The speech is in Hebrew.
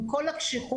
עם כל הקשיחות,